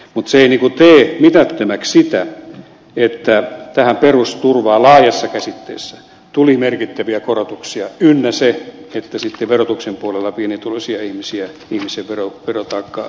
mutta se ei tee mitättömäksi sitä että tähän perusturvaan laajassa käsitteessä tuli merkittäviä korotuksia ynnä sitä että sitten verotuksen puolella pienituloisten ihmisten verotaakkaa helpotettiin